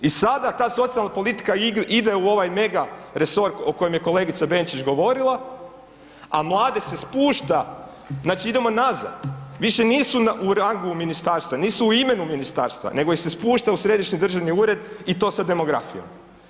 I sada to socijalna politika ide u ovaj mega resor o kojem je kolegica Benčić govorila, a mlade se spušta, znači idemo nazad, više nisu u rangu ministarstva, nisu u imenu ministarstvo nego ih se spušta u središnji državni ured i to sa demografijom.